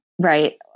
right